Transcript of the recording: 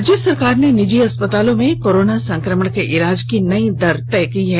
राज्य सरकार ने निजी अस्पतालों में कोरोना संकमण के इलाज की नयी दर तय की है